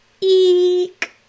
eek